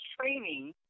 training